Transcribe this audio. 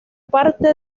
parte